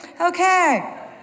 Okay